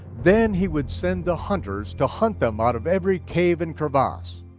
then he would send the hunters to hunt them out of every cave and crevasse.